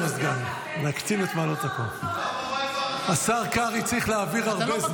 אתה לא מקשיב, ששון?